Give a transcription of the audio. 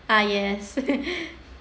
is